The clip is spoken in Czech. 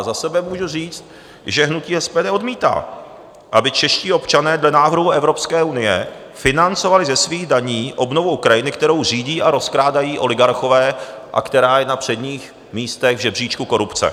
Za sebe můžu říct, že hnutí SPD odmítá, aby čeští občané dle návrhů Evropské unie financovali ze svých daní obnovu Ukrajiny, kterou řídí a rozkrádají oligarchové a která je na předních místech v žebříčku korupce.